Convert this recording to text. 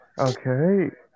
Okay